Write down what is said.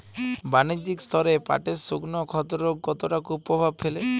বাণিজ্যিক স্তরে পাটের শুকনো ক্ষতরোগ কতটা কুপ্রভাব ফেলে?